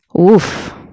Oof